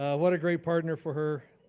ah what a great partner for her.